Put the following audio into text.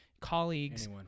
colleagues